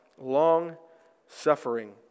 long-suffering